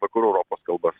vakarų europos kalbas